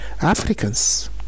Africans